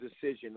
decision